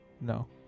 No